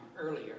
earlier